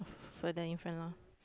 further in front of